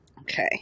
Okay